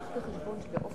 מה התוצאה?